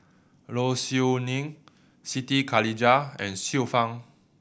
Low Siew Nghee Siti Khalijah and Xiu Fang